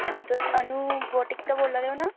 हांजी तुस अनु बटीक तां बोल्ला दे ओ ना